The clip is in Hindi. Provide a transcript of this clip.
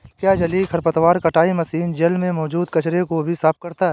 क्या जलीय खरपतवार कटाई मशीन जल में मौजूद कचरे को भी साफ करता है?